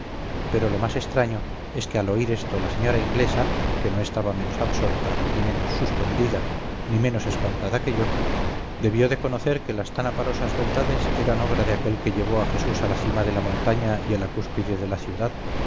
pero lo más extraño es que al oír esto la señora inglesa que no estaba menos absorta ni menos suspendida ni menos espantada que yo debió de conocer que las tan aparatosas beldades eran obra de aquel que llevó a jesús a la cima de la montaña y a la cúspide de la ciudad